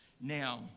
Now